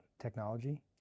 technology